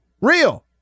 Real